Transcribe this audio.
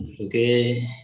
Okay